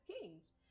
kings